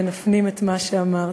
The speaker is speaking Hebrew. ונפנים את מה שאמרת.